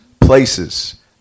places